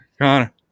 Connor